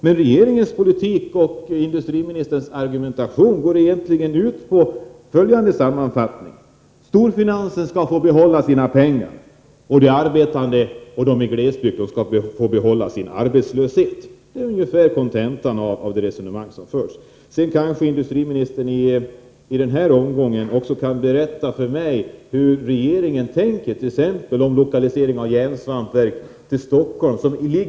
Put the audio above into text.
Men regeringens politik och industriministerns argumentation går sammanfattningsvis egentligen ut på följande: storfinansen skall få behålla sina pengar och de arbetande i glesbygden skall få behålla sin arbetslöshet. Det är ungefärligen kontentan av det resonemang som förs. Kanske kan industriministern i den här replikomgången också berätta för mig hur regeringen tänker när det gäller t.ex. lokaliseringen av ett järnsvampverk till Stockholm.